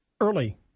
early